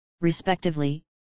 respectively